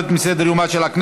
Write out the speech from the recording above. והיא יורדת מסדר-יומה של הכנסת.